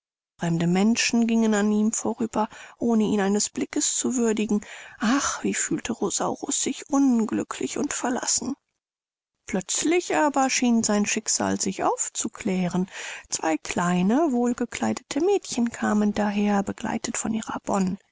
fremde menschen gingen an ihm vorüber ohne ihn eines blickes zu würdigen ach wie fühlte rosaurus sich unglücklich und verlassen plötzlich aber schien sein schicksal sich aufzuklären zwei kleine wohlgekleidete mädchen kamen daher begleitet von ihrer